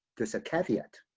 there's a caveat.